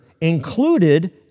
included